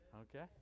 Okay